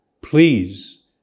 please